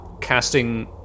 casting